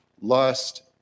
lust